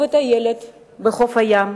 בטיילת על חוף הים,